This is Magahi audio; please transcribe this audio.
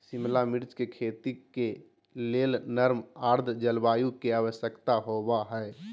शिमला मिर्च के खेती के लेल नर्म आद्र जलवायु के आवश्यकता होव हई